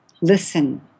listen